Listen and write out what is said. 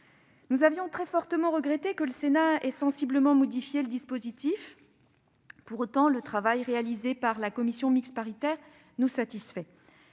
Nous avions très fortement regretté que le Sénat ait sensiblement modifié le dispositif. Pour autant, le travail réalisé par la commission mixte paritaire nous satisfait.